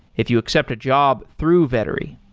if you accept a job through vettery.